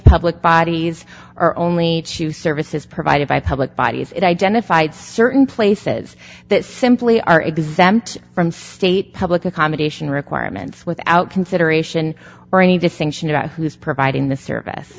public bodies are only two services provided by public bodies it identified certain places that simply are exempt from state public accommodation requirements without consideration or any distinction about who is providing the service